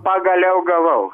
pagaliau gavau